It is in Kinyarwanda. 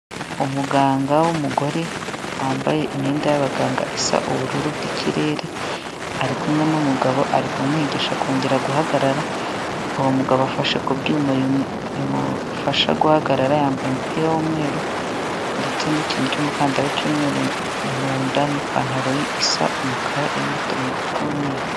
Umuganga w'umugore, wambaye imyenda y'abaganga isa ubururu bw'ikirere, ari kumwe n'umugabo, ari kumwigisha kongera guhagarara, uwo mugabo afashe ku byuma bimufasha guhagarara, yambaye umupira w'umweru, ndetse n'ikintu cy'umukandara cy'umweru mu nda, n'ipantaro isa umukara, irimo uturongo tw'umweru.